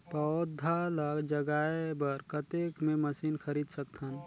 पौधा ल जगाय बर कतेक मे मशीन खरीद सकथव?